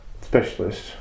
specialist